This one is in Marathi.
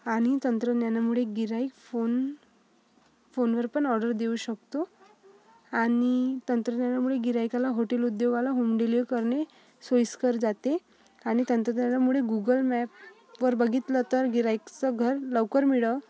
आणि तंत्रज्ञानामुळे गिऱ्हाईक फोन फोनवर पण ऑर्डर देऊ शकतो आणि तंत्रज्ञानामुळे गिऱ्हाईकाला हॉटेल उद्योगाला होम डिलीव्ह करणे सोईस्कर जाते आणि तंत्रज्ञानामुळे गूगल मॅप वर बघितलं तर गिऱ्हाईकाचं घर लवकर मिळ